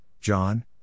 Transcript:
John